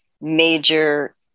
major